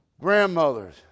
Grandmothers